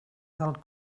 del